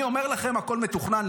אני אומר לכם, הכול מתוכנן.